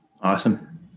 Awesome